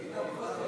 מיקי